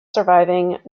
surviving